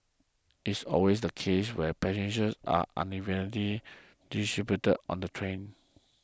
it is always the case where passengers are unevenly distributed on the train